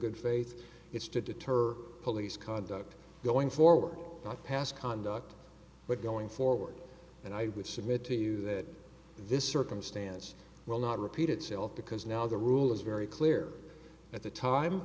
good faith it's to deter police conduct going forward not past conduct but going forward and i would submit to you that this circumstance will not repeat itself because now the rule is very clear at the time